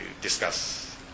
discuss